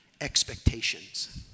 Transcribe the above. expectations